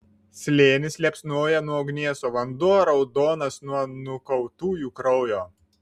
slėnis liepsnoja nuo ugnies o vanduo raudonas nuo nukautųjų kraujo